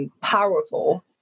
powerful